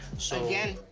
so. again.